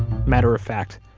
matter of fact.